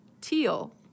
teal